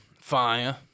Fire